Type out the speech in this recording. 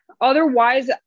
Otherwise